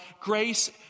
Grace